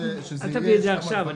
אל תביא את זה עכשיו.